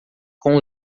com